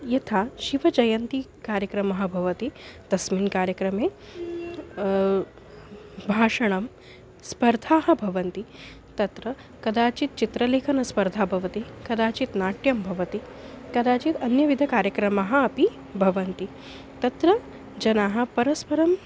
यथा शिवजयन्तीकार्यक्रमः भवति तस्मिन् कार्यक्रमे भाषणं स्पर्धाः भवन्ति तत्र कदाचित् चित्रलेखनस्पर्धा भवति कदाचित् नाट्यं भवति कदाचित् अन्यविधकार्यक्रमाः अपि भवन्ति तत्र जनाः परस्परम्